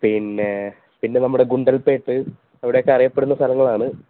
പിന്നെ പിന്നെ നമ്മടെ ഗുണ്ടല്പ്പേട്ട് അവിടെയെക്കെ അറിയപ്പെടുന്ന സ്ഥലങ്ങളാണ്